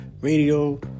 radio